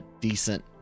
decent